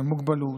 מוגבלות.